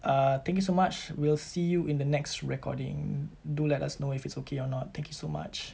err thank you so much we'll see you in the next recording do let us know if it's okay or not thank you so much